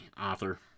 author